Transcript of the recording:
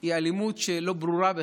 היא אלימות שאינה ברורה בכלל.